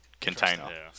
Container